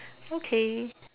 okay